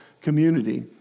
community